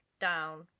down